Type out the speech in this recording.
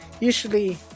usually